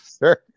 Sure